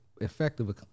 effective